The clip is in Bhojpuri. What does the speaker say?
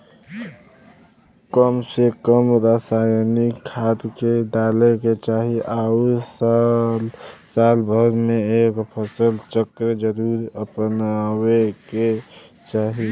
कम से कम रासायनिक खाद के डाले के चाही आउर साल भर में एक फसल चक्र जरुर अपनावे के चाही